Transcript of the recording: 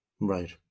Right